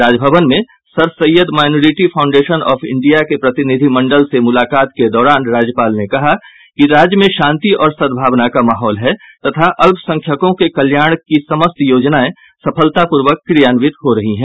राजभवन में Sir Syed minority foundation of India के प्रतिनिधिमंडल से मुलाकात के दौरान राज्यपाल ने कहा कि राज्य में शांति और सद्भावना का माहौल है तथा अल्पसंख्यकों के कल्याण की समस्त योजनाएं सफलतापूर्वक कार्यान्वित हो रही हैं